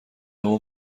اما